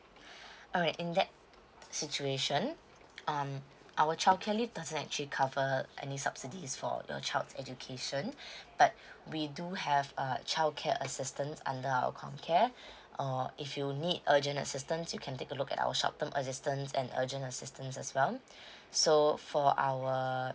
alright in that situation um our child care leave doesn't actually cover any subsidies for the child's education but we do have err childcare assistance under our com care or if you need urgent assistance you can take a look at our short term assistance and urgent assistance as well so for our